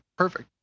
Perfect